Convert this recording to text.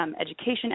Education